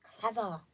clever